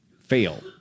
fail